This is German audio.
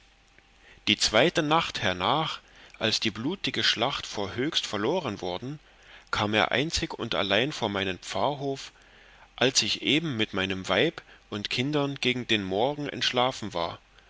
die zweite nacht hernach als die blutige schlacht vor höchst verloren worden kam er einzig und allein vor meinen pfarrhof als ich eben mit meinem weib und kindern gegen dem morgen entschlafen war